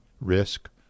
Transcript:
risk